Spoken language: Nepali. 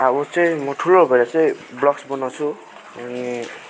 अब चाहिँ म ठुलो भएर चाहिँ ब्लग्स बनाउँछु अनि